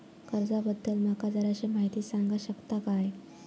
कर्जा बद्दल माका जराशी माहिती सांगा शकता काय?